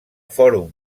fòrum